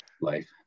life